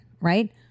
right